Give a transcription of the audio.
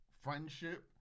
friendship